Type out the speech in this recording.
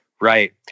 Right